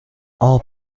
all